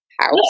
house